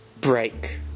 break